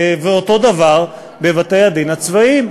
אותו דבר בבתי-הדין הצבאיים.